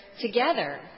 together